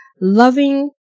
loving